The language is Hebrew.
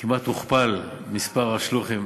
כמעט הוכפל מספר השלוחים